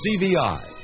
CVI